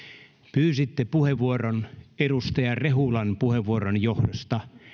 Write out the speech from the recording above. pyysitte puheenvuoron edustaja rehulan puheenvuoron johdosta